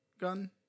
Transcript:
gun